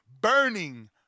burning